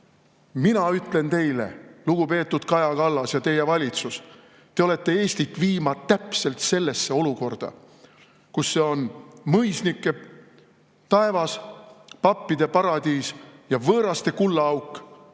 Mina ütlen teile, lugupeetud Kaja Kallas ja teie valitsus, et te olete Eestit viimas täpselt sellesse olukorda, kus see on mõisnike taevas, pappide paradiis ja võõraste kullaauk,